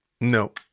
no